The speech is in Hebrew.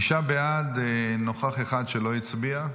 תשעה בעד, נוכח אחד שלא הצביע.